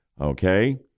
Okay